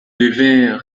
devinrent